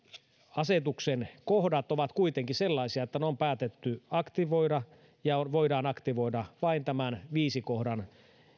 asetuksen kohdat ovat kuitenkin sellaisia että ne on päätetty aktivoida ja voidaan aktivoida vain tämän viidennen kohdan